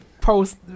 Post